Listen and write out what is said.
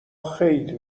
خیلی